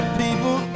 people